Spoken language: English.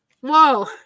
Whoa